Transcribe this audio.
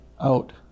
out